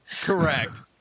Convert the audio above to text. Correct